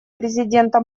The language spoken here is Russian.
президента